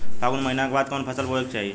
फागुन महीना के बाद कवन फसल बोए के चाही?